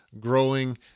growing